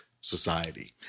society